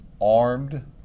armed